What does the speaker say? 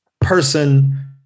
person